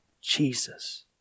Jesus